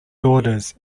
daughters